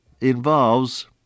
involves